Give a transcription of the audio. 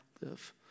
live